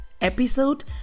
episode